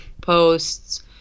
posts